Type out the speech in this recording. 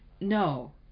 No